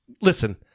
Listen